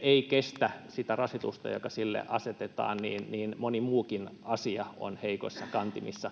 ei kestä sitä rasitusta, joka sille asetetaan, niin moni muukin asia on heikoissa kantimissa.